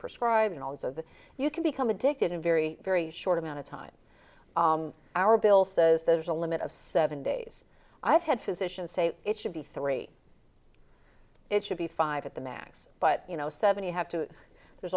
prescribing also that you can become addicted in very very short amount of time our bill says there's a limit of seven days i've had physicians say it should be three it should be five at the max but you know seven